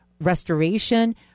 restoration